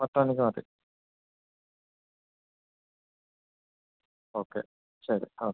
പത്തുമണിക്ക് മതി ഓക്കെ ശരി ആ